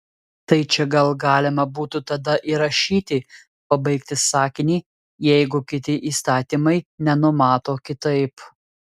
tai čia gal galima būtų tada įrašyti pabaigti sakinį jeigu kiti įstatymai nenumato kitaip